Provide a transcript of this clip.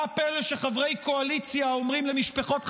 מה הפלא שחברי קואליציה אומרים למשפחות חטופים: